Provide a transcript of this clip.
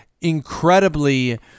incredibly